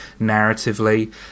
narratively